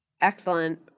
Excellent